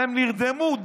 הם נרדמו.